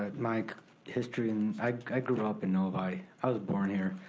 ah my like history, and i i grew up in novi. i was born here.